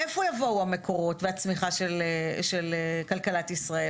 מאיפה יבואו המקורות והצמיחה של כלכלת ישראל?